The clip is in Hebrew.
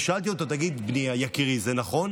ושאלתי אותו: תגיד, בני יקירי, זה נכון?